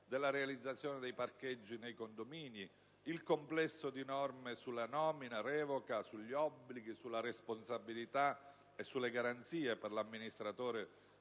alla realizzazione dei parcheggi nei condomini; il complesso di norme sulla nomina e revoca, sugli obblighi, sulla responsabilità e sulle garanzie par l'amministratore